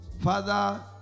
Father